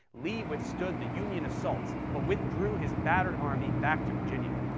lee withstood the union assaults but withdrew his battered army back to virginia.